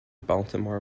baltimore